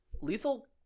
Lethal